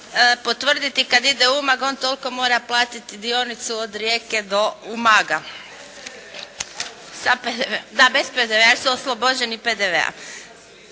potvrditi kad ide u Umag on toliko mora platiti dionicu od Rijeke do Umaga. … /Upadica: Bez PDV-a?/